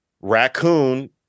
raccoon